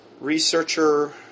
Researcher